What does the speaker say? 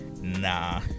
Nah